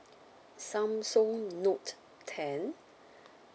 samsung note ten